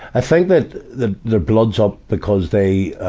i think that the the blood's up because they, um,